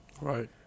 right